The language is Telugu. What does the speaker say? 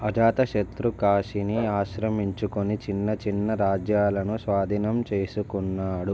అజాతశత్రు కాశీని ఆక్రమించుకొని చిన్న చిన్న రాజ్యాలను స్వాధీనం చేసుకున్నాడు